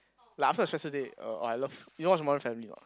like after a stressful day uh oh I love you know watch modern family or not